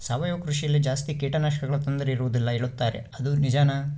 ಸಾವಯವ ಕೃಷಿಯಲ್ಲಿ ಜಾಸ್ತಿ ಕೇಟನಾಶಕಗಳ ತೊಂದರೆ ಇರುವದಿಲ್ಲ ಹೇಳುತ್ತಾರೆ ಅದು ನಿಜಾನಾ?